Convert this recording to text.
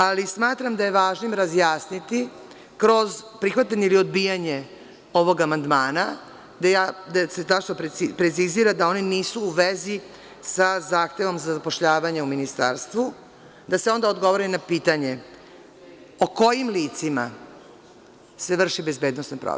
Ali, smatram da je važno razjasniti kroz prihvatanje ili odbijanje ovog amandmana da se tačno precizira da oni nisu u vezi sa zahtevom za zapošljavanje u Ministarstvu, da se onda odgovori na pitanje o kojim licima se vrši bezbednosna provera.